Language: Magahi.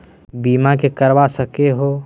बीमा के करवा सको है?